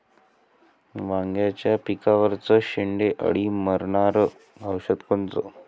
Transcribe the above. वांग्याच्या पिकावरचं शेंडे अळी मारनारं औषध कोनचं?